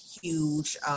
huge